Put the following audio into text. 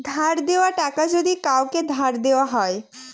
ধার দেওয়া টাকা যদি কাওকে ধার দেওয়া হয়